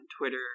Twitter